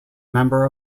member